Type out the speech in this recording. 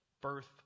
birth